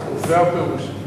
זה הפירוש.